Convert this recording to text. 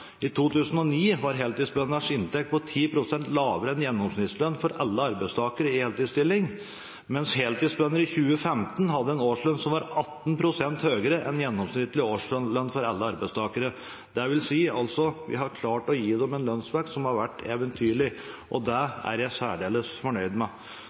I 2009 var heltidsbøndenes inntekt 10 pst. lavere enn gjennomsnittslønnen for alle arbeidstakere i heltidsstilling, mens heltidsbønder i 2015 hadde en årslønn som var 18 pst. høyere enn gjennomsnittlig årslønn for alle arbeidstakere. Det vil si at vi har klart å gi dem en lønnsvekst som har vært eventyrlig, og det er jeg særdeles fornøyd med.